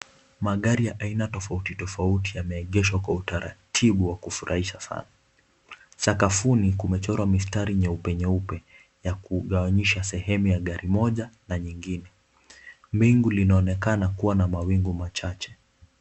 Magari ya aina tofauti tofauti yameegeshwa kwa utaratibu sana. Sakafuni kumechorwa mistari nyeupe ya kugawanisha sehemu ya gari moja na nyingine. Miingu inaonekana kuwa na mawingu machache.